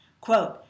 Quote